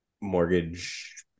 mortgage